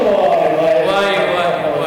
שר הביטחון המרוקאי שלנו, אני לא אבוא?